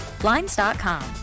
Blinds.com